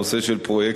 הנושא של פרויקט